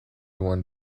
one